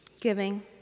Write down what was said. Giving